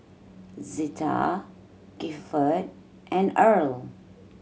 Zetta Gilford and Earle